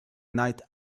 night